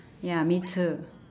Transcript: ya me too